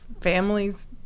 families